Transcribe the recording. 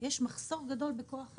יש מחסור גדול בכוח אדם.